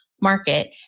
market